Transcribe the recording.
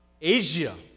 Asia